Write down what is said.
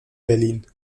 berlin